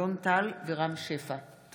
אלון טל ורם שפע בנושא: מחדל הטיפול בפסולת בנייה.